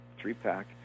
three-pack